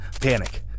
Panic